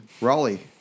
Raleigh